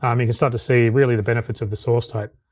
um you can start to see really, the benefits of the source tape.